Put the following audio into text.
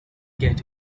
get